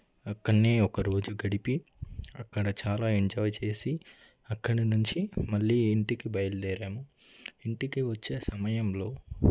అక్కడనే ఒకరోజు గడిపి అక్కడ చాలా ఎంజాయ్ చేసి అక్కడ నుంచి మళ్ళీ ఇంటికి బయలుదేరాము ఇంటికి వచ్చే సమయంలో